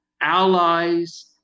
allies